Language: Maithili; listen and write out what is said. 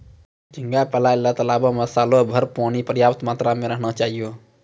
झींगा पालय ल तालाबो में सालोभर पानी पर्याप्त मात्रा में रहना चाहियो